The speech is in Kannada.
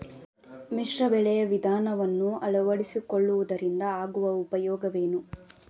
ಮಿಶ್ರ ಬೆಳೆಯ ವಿಧಾನವನ್ನು ಆಳವಡಿಸಿಕೊಳ್ಳುವುದರಿಂದ ಆಗುವ ಉಪಯೋಗವೇನು?